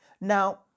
Now